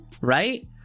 right